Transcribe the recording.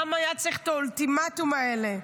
למה היה צריך את האולטימטום הזה?